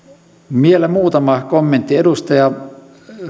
vielä muutama kommentti edustaja